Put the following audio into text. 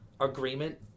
agreement